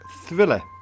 Thriller